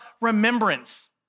remembrance